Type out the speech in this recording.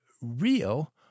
real